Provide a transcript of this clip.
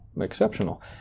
exceptional